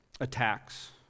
attacks